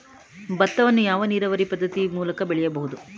ಭತ್ತವನ್ನು ಯಾವ ನೀರಾವರಿ ಪದ್ಧತಿ ಮೂಲಕ ಬೆಳೆಯಬಹುದು?